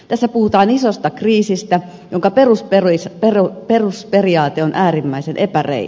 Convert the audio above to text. tässä puhutaan isosta kriisistä jonka perusperiaate on äärimmäisen epäreilu